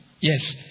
Yes